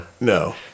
No